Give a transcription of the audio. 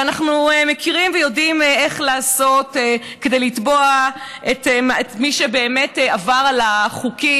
ואנחנו מכירים ויודעים מה לעשות כדי לתבוע את מי שבאמת עבר על החוקים,